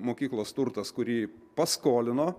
mokyklos turtas kurį paskolino